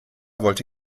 wollte